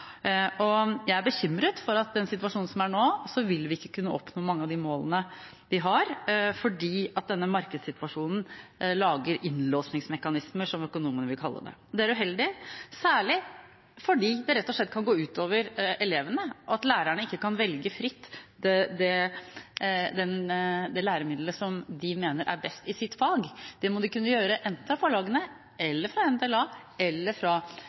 Jeg er bekymret for at i den situasjonen som er nå, vil vi ikke kunne oppnå mange av de målene vi har, fordi denne markedssituasjonen lager innlåsningsmekanismer, som økonomene ville kalle det. Det er uheldig, særlig fordi det rett og slett kan gå ut over elevene at lærerne ikke kan velge fritt det læremidlet som de mener er best i sitt fag. Det må de kunne gjøre – enten læremidlet er fra forlagene, fra NDLA eller fra